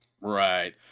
Right